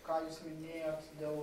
ką jūs minėjot dėl